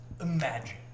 Imagine